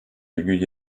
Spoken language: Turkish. virgül